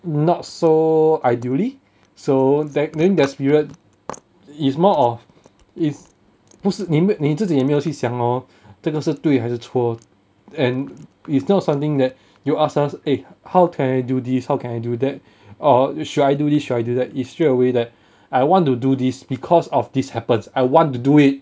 not so ideally so that then there's period is more of is 不是你你自己有没有去想 hor 这个是对还是错 and it's not something that you ask us eh how can I do this how can I do that or you should I do this should I do that is straightaway that I want to do this because of this happens I want to do it